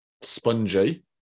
Spongy